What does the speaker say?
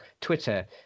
Twitter